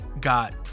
got